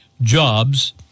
jobs